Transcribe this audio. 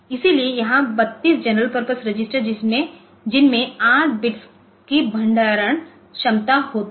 इसलिए यहां 32 general purpose register जिनमें 8 बिट्स की भंडारण क्षमता होती है